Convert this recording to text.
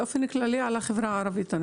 כן, באופן כללי על החברה הערבית.